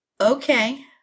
okay